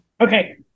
okay